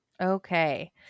Okay